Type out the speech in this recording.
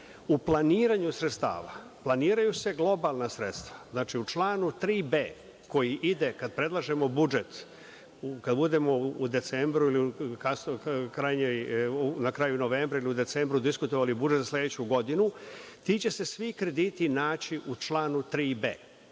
U planiranju sredstava, planiraju se globalna sredstva. Znači u članu 3b. koji ide kada predlažemo budžet, kada budemo u decembru ili na kraju novembra ili u decembru diskutovali budžet za sledeću godinu, ti će se svi krediti naći u članu 3b.